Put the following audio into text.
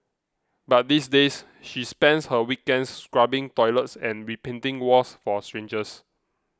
but these days she spends her weekends scrubbing toilets and repainting walls for strangers